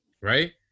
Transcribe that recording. Right